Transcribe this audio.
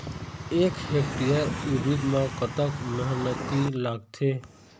एक हेक्टेयर उरीद म कतक मेहनती लागथे?